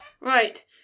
Right